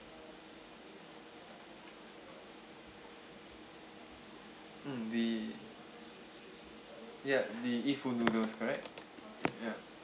mm the ya the e fu noodles correct ya